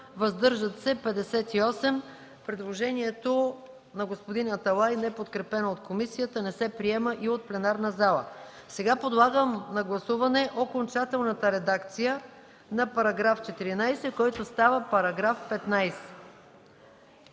въздържали се 58. Предложението на господин Аталай, неподкрепено от комисията, не се приема и от пленарната зала. Сега поставям на гласуване окончателната редакция на § 14, който става § 15.